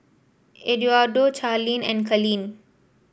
Eduardo Charleen and Kalene